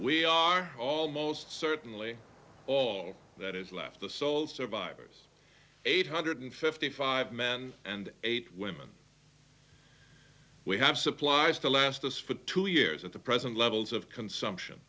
we are almost certainly all that is left the sole survivors eight hundred fifty five men and eight women we have supplies to last us for two years at the present levels of consumption